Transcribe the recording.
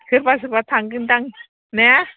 सोरबा सोरबा थांगोनदां ने